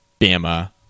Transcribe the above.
Bama